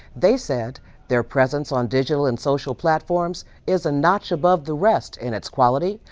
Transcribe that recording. they said their presence on digital and social platforms is a notch above the rest in its quality,